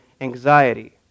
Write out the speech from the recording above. anxiety